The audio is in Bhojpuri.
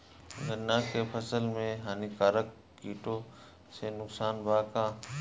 गन्ना के फसल मे हानिकारक किटो से नुकसान बा का?